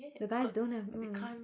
the guys don't have mm